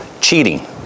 cheating